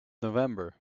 november